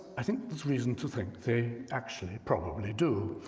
i think there's reason to think they actually probably do.